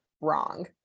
wrong